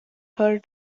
her